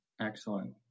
Excellent